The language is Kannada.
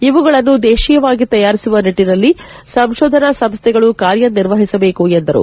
ಇವುಗಳನ್ನು ದೇಶೀಯವಾಗಿ ತಯಾರಿಸುವ ನಿಟ್ಟನಲ್ಲಿ ಸಂಶೋಧನಾ ಸಂಸ್ಥೆಗಳು ಕಾರ್ಯನಿರ್ವಹಿಸಬೇಕು ಎಂದರು